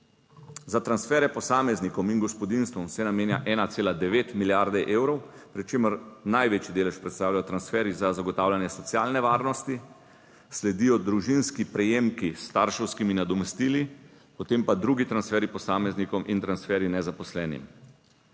Za transfere posameznikom in gospodinjstvom se namenja 1,9 milijarde evrov, pri čemer največji delež predstavljajo transferji za zagotavljanje socialne varnosti, sledijo družinski prejemki s starševskimi nadomestili, potem pa drugi transferji posameznikom in transferji nezaposlenim.